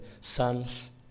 sons